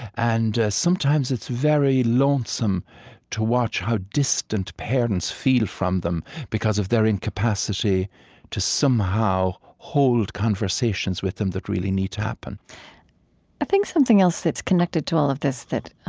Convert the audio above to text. and sometimes it's very lonesome to watch how distant parents feel from them because of their incapacity to somehow hold conversations with them that really need to happen i think something else that's connected to all of this that